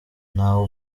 ntawe